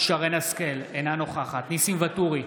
שרן מרים השכל, אינה נוכחת ניסים ואטורי,